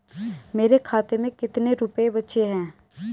मेरे खाते में कितने रुपये बचे हैं?